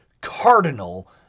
Cardinal